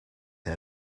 how